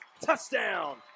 touchdown